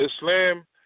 Islam